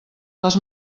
les